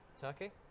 Turkey